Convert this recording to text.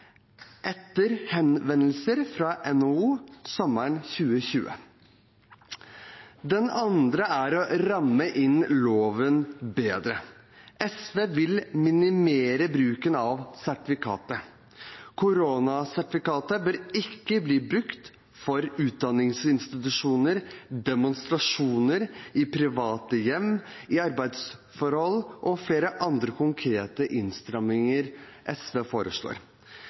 etter henvendelser fra NHO sommeren 2020. Den andre er å ramme inn loven bedre. SV vil minimere bruken av sertifikatet. Koronasertifikatet bør ikke bli brukt for utdanningsinstitusjoner, demonstrasjoner, i private hjem eller i arbeidsforhold. SV foreslår også flere andre konkrete innstramminger.